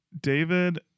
David